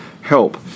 help